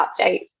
update